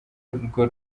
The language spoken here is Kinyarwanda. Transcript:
urwo